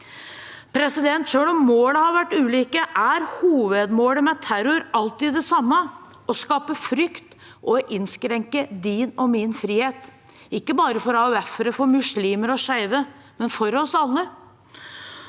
25. juni. Selv om målene har vært ulike, er hovedmålet for terror alltid det samme: å skape frykt og innskrenke din og min frihet, ikke bare for AUF-ere, for muslimer og for skeive, men for oss alle.